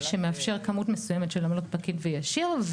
שמאפשר כמות מסוימת של עמלות פקיד וישיר.